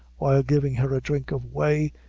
while giving her a drink of whey,